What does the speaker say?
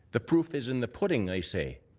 the proof is in the pudding, they say.